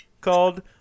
called